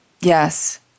Yes